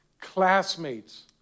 classmates